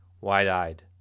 Wide-eyed